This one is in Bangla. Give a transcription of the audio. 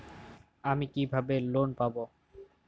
আমি কিভাবে লোন পাব?